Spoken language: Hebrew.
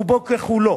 רובו ככולו,